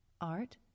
art